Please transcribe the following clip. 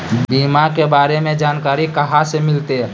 बीमा के बारे में जानकारी कहा से मिलते?